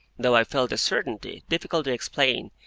though i felt a certainty, difficult to explain,